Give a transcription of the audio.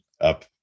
up